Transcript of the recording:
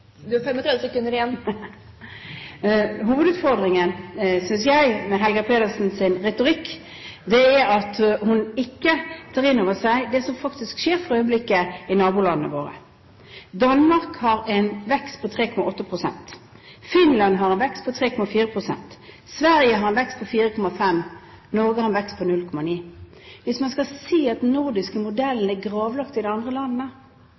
Du har 35 sekunder igjen. Hovedutfordringen, synes jeg, med Helga Pedersens retorikk, er at hun ikke tar inn over seg det som faktisk skjer for øyeblikket i nabolandene våre. Danmark har en vekst på 3,8 pst., Finland har en vekst på 3,4 pst., og Sverige har en vekst på 4,5 pst. Norge har en vekst på 0,9 pst.! Hvis man skal si at den nordiske modellen er gravlagt i de andre